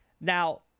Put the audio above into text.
Now